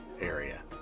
area